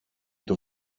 του